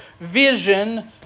vision